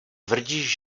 tvrdíš